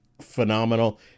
phenomenal